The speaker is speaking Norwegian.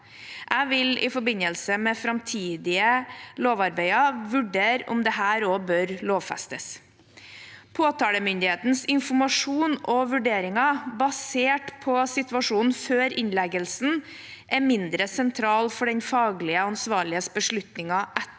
Jeg vil i forbindelse med framtidige lovarbeider vurdere om dette også bør lovfestes. Påtalemyndighetens informasjon og vurderinger basert på situasjonen før innleggelsen er mindre sentral for den faglig ansvarliges beslutninger etter